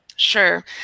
Sure